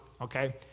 okay